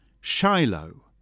Shiloh